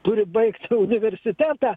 turi baigt universitetą